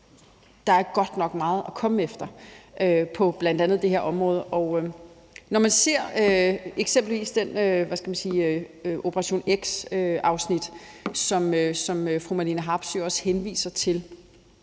at der godt nok er meget at komme efter på bl.a. det her område. Når man eksempelvis ser det »Operation X«-afsnit, som fru Marlene Harpsøe også henviser til,